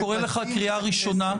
אני קורא לך קריאה ראשונה.